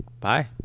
Bye